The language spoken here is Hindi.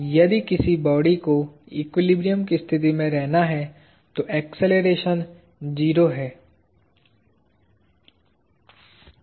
यदि किसी बॉडी को एक्विलिब्रियम की स्थिति में होना है तो एक्सेलरेशन 0 है